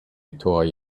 toy